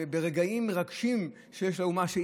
הרגעים המרגשים שיש לאומה,